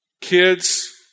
kids